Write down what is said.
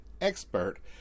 expert